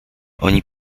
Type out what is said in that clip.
oni